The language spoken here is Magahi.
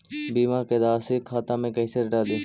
बीमा के रासी खाता में कैसे डाली?